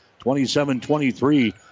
27-23